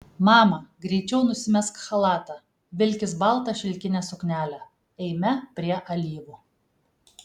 mama greičiau nusimesk chalatą vilkis baltą šilkinę suknelę eime prie alyvų